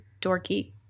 dorky